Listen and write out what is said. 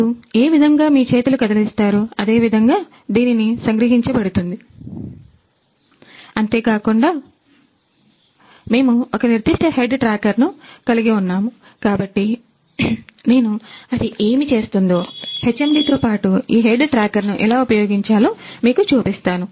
మీరు ఏ విధముగా మీ చేతులు కదిలిస్తారు అదేవిధంగా దీని సంగ్రహించ బడుతుంది అంతే కాకుండా మేము ఒక నిర్దిష్ట హెడ్ ట్రాకర్ను కలిగి ఉన్నాము కాబట్టి నేను అది ఏమి చేస్తుందో HMD తో పాటు ఈ హెడ్ ట్రాకర్ను ఎలా ఉపయోగించాలో మీకు చూపిస్తాను